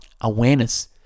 awareness